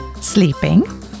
sleeping